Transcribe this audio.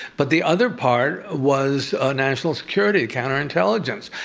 but the other part was ah national security, counterintelligence.